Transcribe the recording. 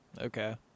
Okay